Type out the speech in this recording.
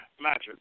magic